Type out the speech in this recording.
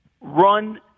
run